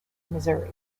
missouri